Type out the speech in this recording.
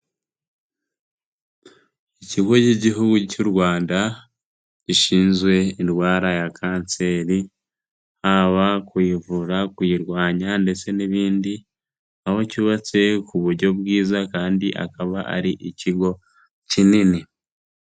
Ikigo cy'Igihugu cy'u Rwanda, gishinzwe indwara ya kanseri, haba kuyivura, kuyirwanya ndetse n'ibindi, aho cyubatse ku buryo bwiza kandi akaba ari ikigo kinini.